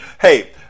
Hey